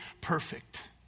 perfect